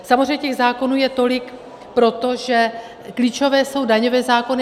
Samozřejmě těch zákonů je tolik proto, že klíčové jsou daňové zákony.